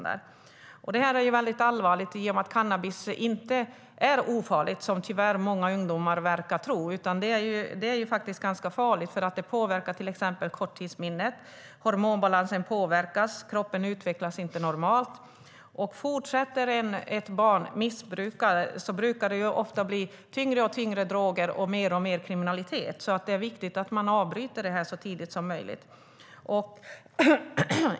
Detta är allvarligt i och med att cannabis inte är ofarligt, vilket tyvärr många ungdomar verkar tro. Det är ganska farligt; det påverkar till exempel korttidsminnet. Hormonbalansen påverkas, och kroppen utvecklas inte normalt. Om ett barn fortsätter att missbruka brukar det ofta bli tyngre och tyngre droger och mer och mer kriminalitet. Det är viktigt att man avbryter detta så tidigt som möjligt.